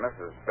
Mrs